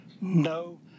No